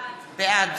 בעד